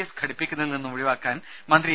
S ഘടിപ്പിക്കുന്നതിൽ നിന്നും ഒഴിവാക്കാൻ മന്ത്രി എ